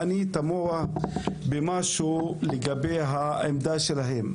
אני תמוה במשהו לגבי העמדה שלהם,